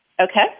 Okay